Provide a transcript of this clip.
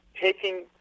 taking